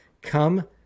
come